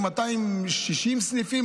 עם 260 סניפים,